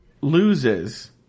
loses